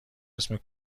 اسم